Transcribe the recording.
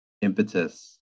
impetus